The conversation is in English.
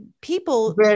people